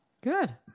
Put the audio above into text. Good